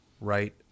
right